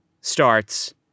starts